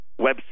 website